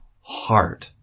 heart